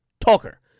talker